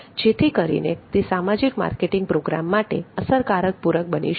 જેથી કરીને તે સામાજિક માર્કેટિંગ પ્રોગ્રામ માટે અસરકારક પૂરક બની શકે